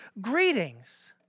greetings